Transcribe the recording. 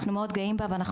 אנחנו גאים בה מאוד,